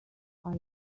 are